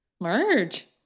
Merge